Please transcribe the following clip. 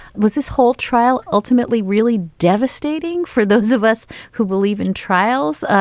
was this whole trial ultimately really devastating for those of us who believe in trials,